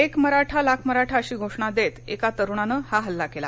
एक मराठा लाख मराठा अशी घोषणा देत एका तरूणानं हा हल्ला केला